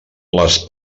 les